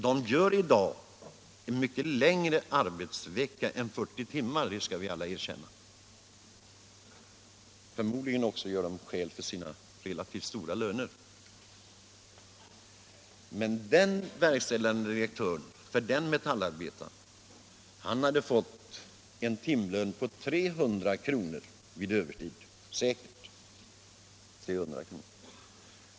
De har i dag en mycket längre arbetsvecka, det skall vi alla erkänna, och förmodligen gör de också rätt för sina relativt stora löner. Den verkställande direktören hade säkert fått en timlön på 300 kr. vid övertid.